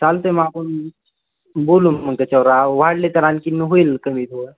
चालते मग आपण बोलू न मग त्याच्यावर वाढले तर आणखी होईल कमी